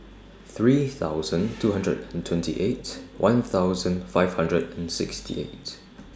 three thousand two hundred and twenty eight one thousand five hundred and sixty eight